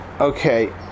Okay